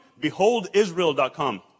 beholdisrael.com